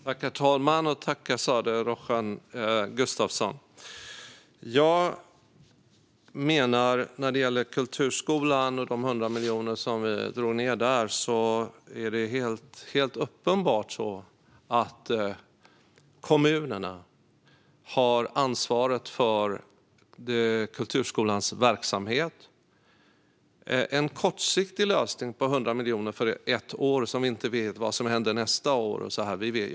Herr talman! Tack för frågorna, Azadeh Rojhan Gustafsson! När det gäller kulturskolan och de 100 miljoner som vi drog ned med där är det helt uppenbart så att kommunerna har ansvaret för kulturskolans verksamhet. Det är fråga om en kortsiktig lösning på 100 miljoner för ett år. Vi vet inte vad som händer nästa år och så vidare.